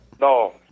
no